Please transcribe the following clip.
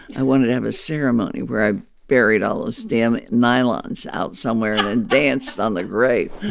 i wanted to have a ceremony where i buried all those damn nylons out somewhere. and danced on the grave